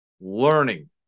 learning